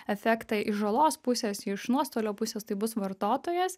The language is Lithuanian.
efektą iš žalos pusės iš nuostolio pusės tai bus vartotojas